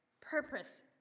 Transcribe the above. purpose